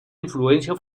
influencia